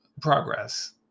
progress